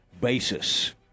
basis